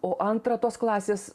o antra tos klasės